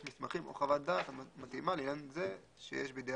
מסמכים או חוות דעת מתאימה לעניין זה שיש בידי